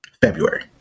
February